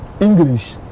english